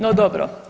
No dobro.